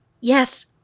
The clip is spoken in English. yes